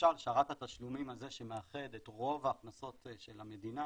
למשל שרת התשלומים הזה שמאחד את רוב ההכנסות של המדינה